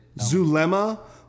Zulema